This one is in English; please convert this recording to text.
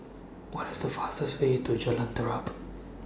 What IS The fastest Way to Jalan Terap